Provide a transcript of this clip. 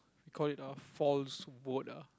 call it a false vote ah